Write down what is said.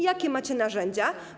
Jakie macie narzędzia?